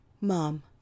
Mom